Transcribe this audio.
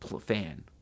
fan